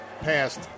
passed